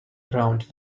around